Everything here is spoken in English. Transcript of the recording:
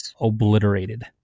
obliterated